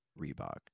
Reebok